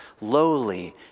lowly